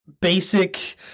basic